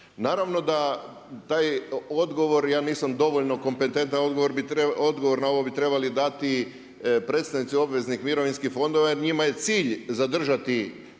Naravno da taj odgovor, ja nisam dovoljno kompetentan, odgovor na ovo bi trebali dati predstavnici obveznih mirovinskih fondova jer njima je cilj zadržati